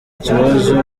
ikibazo